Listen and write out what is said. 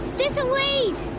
this a weed?